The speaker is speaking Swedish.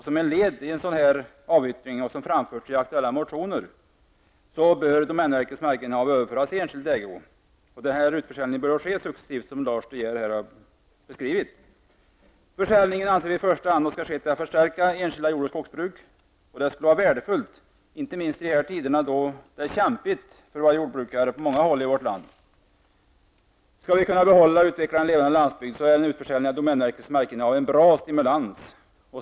Som ett led i en sådan avyttring, och det har framförts i aktuella motioner, bör domänverkets markinnehav överföras i enskild ägo. Denna utförsäljning bör ske successivt, som Lars De Geer här har beskrivit. Försäljning, anser vi, skall i första hand ske för att förstärka enskilda jord och skogsbruk. Det skulle vara värdefullt, inte minst i dessa tider då det är kämpigt för jordbrukare på många håll i vårt land. När det gäller att kunna utveckla och behålla en levande landsbygd är en utförsäljning av domänverkets markinnehav bra stimulans.